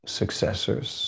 successors